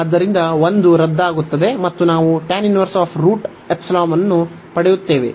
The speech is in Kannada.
ಆದ್ದರಿಂದ 1 ರದ್ದಾಗುತ್ತದೆ ಮತ್ತು ನಾವು ಅನ್ನು ಪಡೆಯುತ್ತೇವೆ